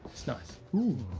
it's nice. ooh,